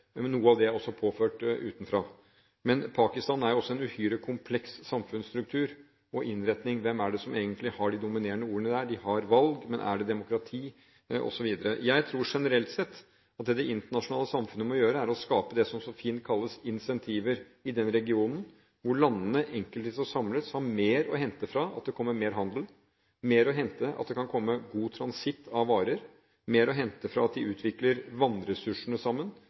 Noe av dette er også påført utenfra. Men Pakistan har også en uhyre kompleks samfunnsstruktur og innretning. Hvem er det som egentlig har de dominerende ordene der? De har valg, men er det demokrati, osv.? Jeg tror, generelt sett, at det som det internasjonale samfunnet må gjøre, er å skape det som så fint kalles incentiver i denne regionen, hvor landene, enkeltvis og samlet, vil ha mer å hente ved at det blir mer handel, ved at det blir god transitt av varer, og ved at de utvikler vannressursene sammen.